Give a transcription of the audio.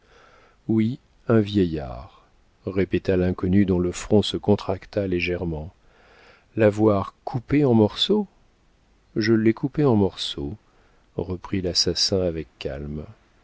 oui un vieillard répéta l'inconnu dont le front se contracta légèrement l'avoir coupé en morceaux je l'ai coupé en morceaux reprit l'assassin avec calme